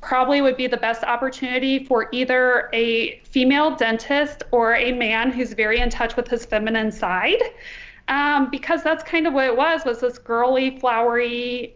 probably would be the best opportunity for either a female dentist or a man who's very in touch with his feminine side because that's kind of what it was was this girly flowery